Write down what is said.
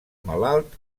malalt